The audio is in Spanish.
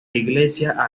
iglesia